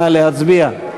נא להצביע.